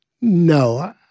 No